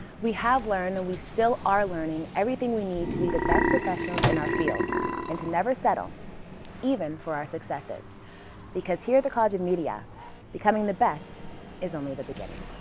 we have learned and we still are learning everything we need to be the best professionals in our field and to never settle even for our successes because here at the college of media becoming the best is only the beginning.